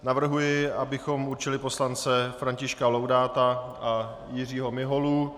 Navrhuji, abychom určili poslance Františka Laudáta a Jiřího Miholu.